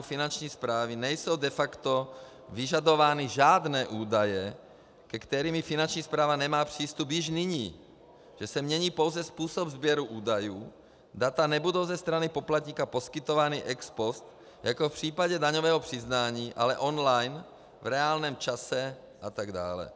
Finanční správy nejsou de facto vyžadovány žádné údaje, ke kterým Finanční správa nemá přístup již nyní, že se mění pouze způsob sběru údajů, data nebudou ze strany poplatníka poskytována ex post jako v případě daňového přiznání, ale online v reálném čase, a tak dále.